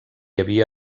havia